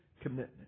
commitment